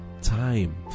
time